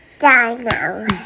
Dino